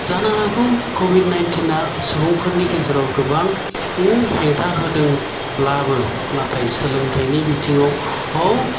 जानो हागौ कभिद नाइनतिना सुबुंफोरनि गेजेराव गोबां हेंथा होदोंब्लाबो नाथाय सोलोंथाइनि बिथिङाव